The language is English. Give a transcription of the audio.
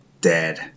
Dead